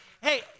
Hey